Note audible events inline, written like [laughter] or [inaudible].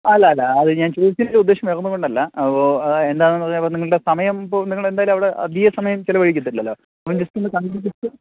അല്ല അല്ല അത് ഞാൻ ചോദിച്ചതിന്റെ ഉദ്ദേശ്യം വേറൊന്നും കൊണ്ടല്ല അപ്പോള് എന്താണെന്നു സമയം ഇപ്പോള് നിങ്ങളെന്തായാലും അവിടെ അധിക സമയം ചെലവഴിക്കത്തില്ലല്ലോ അ ജസ്റ്റ് ഒന്ന് [unintelligible]